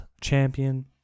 Champion